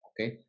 okay